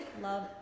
love